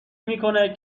میکنه